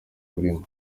arimo